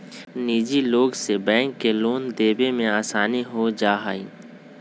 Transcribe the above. निजी लोग से बैंक के लोन देवे में आसानी हो जाहई